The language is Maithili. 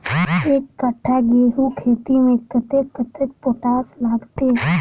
एक कट्ठा गेंहूँ खेती मे कतेक कतेक पोटाश लागतै?